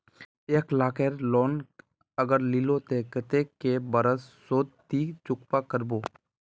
एक लाख केर लोन अगर लिलो ते कतेक कै बरश सोत ती चुकता करबो?